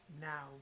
now